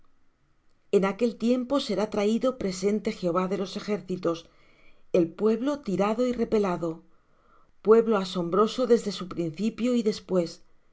en aquel tiempo será traído presente jehová de los ejércitos el pueblo tirado y repelado pueblo asombroso desde su principio y después